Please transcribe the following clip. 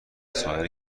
سایر